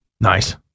Nice